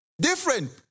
Different